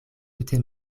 tute